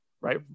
right